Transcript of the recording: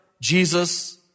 Jesus